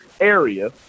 area